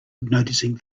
noticing